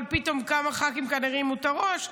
אבל פתאום כמה ח"כים הרימו את הראש,